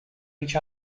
each